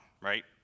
right